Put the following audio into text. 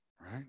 right